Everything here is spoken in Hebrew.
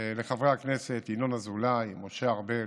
לחברי הכנסת ינון אזולאי, משה ארבל,